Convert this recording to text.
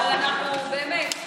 אבל אנחנו באמת,